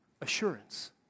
assurance